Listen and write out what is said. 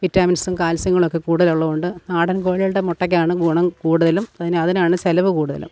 വിറ്റാമിൻസും കാൽസ്യങ്ങളൊക്കെ കൂടുതലുള്ളതുകൊണ്ട് നാടൻ കോഴികളുടെ മുട്ടയ്ക്കാണ് ഗുണം കൂടുതലും അതിനാണ് ചെലവ് കൂടുതലും